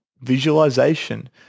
visualization